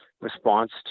Response